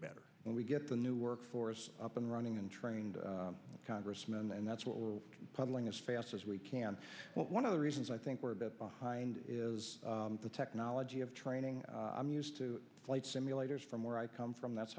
better when we get the new workforce up and running and trained congressman and that's what we're putting as fast as we can one of the reasons i think we're a bit behind is the technology of training i'm used to flight simulators from where i come from that's